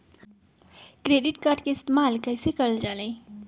Credit card के इस्तेमाल कईसे करल जा लई?